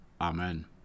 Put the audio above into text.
Amen